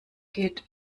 geht